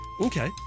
Okay